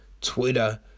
Twitter